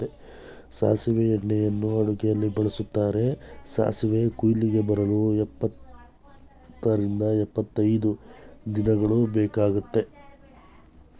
ಸಾಸಿವೆ ಎಣ್ಣೆಯನ್ನು ಅಡುಗೆಯಲ್ಲಿ ಬಳ್ಸತ್ತರೆ, ಸಾಸಿವೆ ಕುಯ್ಲಿಗೆ ಬರಲು ಎಂಬತ್ತರಿಂದ ಎಂಬತೈದು ದಿನಗಳು ಬೇಕಗ್ತದೆ